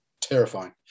terrifying